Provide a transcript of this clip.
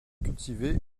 cultivé